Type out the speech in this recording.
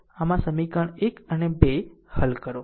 આમ સમીકરણ 1 અને 2 હલ કરો